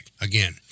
Again